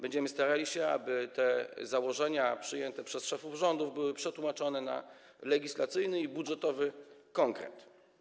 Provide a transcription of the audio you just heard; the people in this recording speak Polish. Będziemy starali się, aby te założenia przyjęte przez szefów rządów były przetłumaczone na legislacyjny i budżetowy konkret.